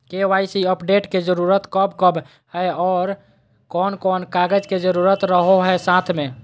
KYC update के जरूरत कब कब है और कौन कौन कागज के जरूरत रहो है साथ में?